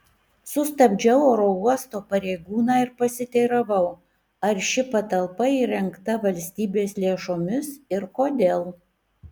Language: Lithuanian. sustabdžiau oro uosto pareigūną ir pasiteiravau ar ši patalpa įrengta valstybės lėšomis ir kodėl